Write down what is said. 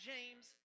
James